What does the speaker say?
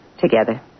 Together